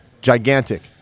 Gigantic